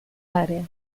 áreas